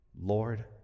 Lord